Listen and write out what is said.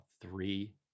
three